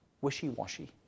wishy-washy